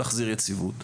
להחזיר יציבות,